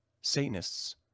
Satanists